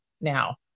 now